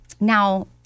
now